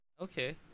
Okay